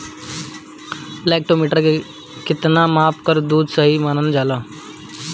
Lactometer के कितना माप पर दुध सही मानन जाला?